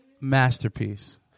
Masterpiece